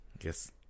yes